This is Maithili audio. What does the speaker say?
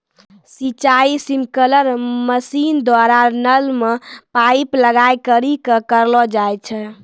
सिंचाई स्प्रिंकलर मसीन द्वारा नल मे पाइप लगाय करि क करलो जाय छै